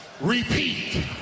repeat